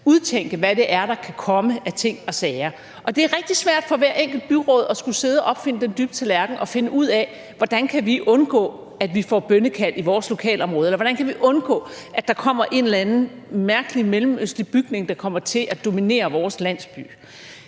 udtænke, hvad det er, der kan komme af ting og sager. Det er rigtig svært for hvert enkelt byråd at skulle sidde og opfinde den dybe tallerken og finde ud af, hvordan de kan undgå at få bønnekald i deres lokalområde, eller hvordan de kan undgå, at der kommer en eller anden mærkelig mellemøstlig bygning, der kommer til at dominere deres landsby.